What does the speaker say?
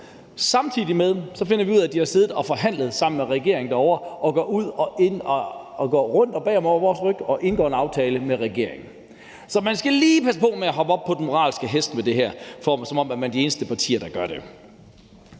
Samtidig finder vi ud af, at de har siddet og forhandlet sammen med regeringen derovre, og de går ind og ud og rundt og bag om vores ryg og indgår en aftale med regeringen. Så man skal lige passe på med at hoppe op på den moralske hest med det her, som om det er de eneste partier, der gør det.